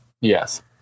Yes